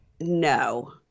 No